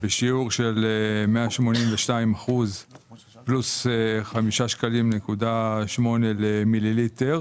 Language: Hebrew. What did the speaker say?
בשיעור של 182 אחוזים פלוס 5.8 שקלים למיליליטר,